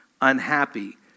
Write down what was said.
unhappy